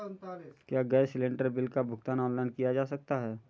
क्या gas cylinder bill का भुगतान ऑनलाइन किया जा सकता है?